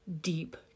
deep